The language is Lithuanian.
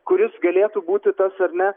kuris galėtų būti tas ar ne